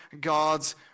God's